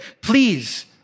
please